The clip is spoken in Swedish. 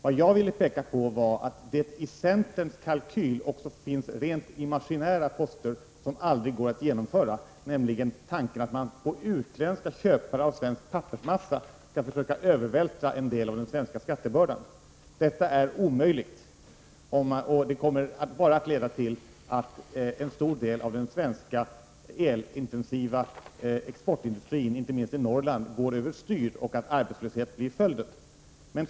Vad jag ville framhålla var att det i centerns kalkyl också finns rent imaginära poster som aldrig går att genomföra, nämligen tanken att man på utländska köpare av svensk pappersmassa skall övervältra en del av den svenska skattebördan. Detta är omöjligt, och det kommer bara att leda till att en stor del av den elintensiva exportindustrin, inte minst i Norrland, går över styr och att arbetslöshet blir följden.